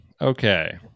Okay